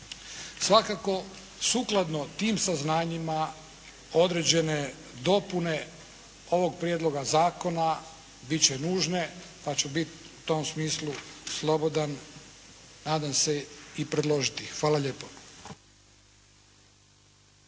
Svakako sukladno tim saznanjima određene dopune ovog prijedloga zakona bit će nužne, pa ću bit u tom smislu slobodan nadam se i predložiti ih. Hvala lijepo.